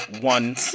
one